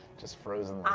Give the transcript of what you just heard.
just frozen